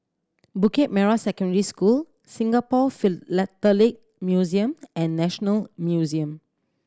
Bukit Merah Secondary School Singapore Philatelic Museum and National Museum